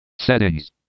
Settings